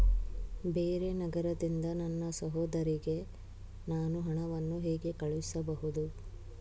ಬೇರೆ ನಗರದಿಂದ ನನ್ನ ಸಹೋದರಿಗೆ ನಾನು ಹಣವನ್ನು ಹೇಗೆ ಕಳುಹಿಸಬಹುದು?